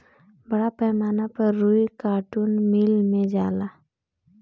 बड़ पैमाना पर रुई कार्टुन मिल मे जाला